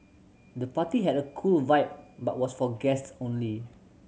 the party had a cool vibe but was for guests only